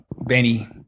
Benny